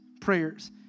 prayers